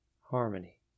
harmony